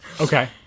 Okay